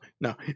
No